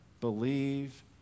believe